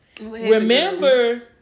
Remember